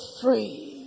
free